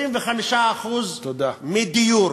25% מדיור.